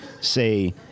say